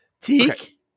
teak